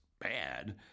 bad